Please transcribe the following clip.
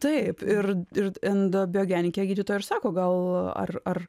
taip ir ir endobiogenikė gydytoja ir sako gal ar ar